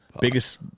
biggest